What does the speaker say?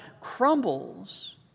crumbles